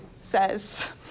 says